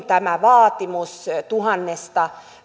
tämä vaatimus tuhannesta